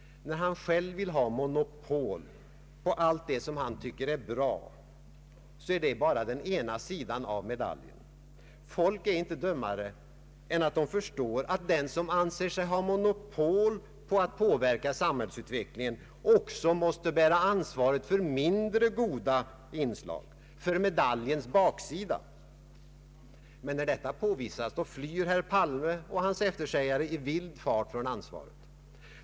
När han själv vill ha monopol på allt det som han tycker är bra, är det bara den ena sidan av medaljen. Folk är inte dummare än att man förstår att den som anser sig ha monopol på att påverka samhällsutvecklingen också måste bära ansvaret för de mindre goda inslagen, för medaljens baksida. Men när detta påvisas flyr herr Palme och hans eftersägare i vild fart från ansvaret.